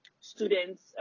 students